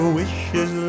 wishes